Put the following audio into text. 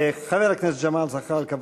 חבר הכנסת ג'מאל זחאלקה,